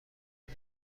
اون